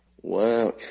Wow